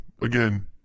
again